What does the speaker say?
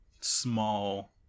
small